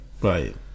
Right